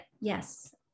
Yes